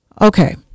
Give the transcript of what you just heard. Okay